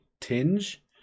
tinge